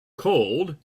cold